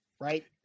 right